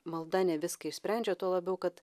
malda ne viską išsprendžia tuo labiau kad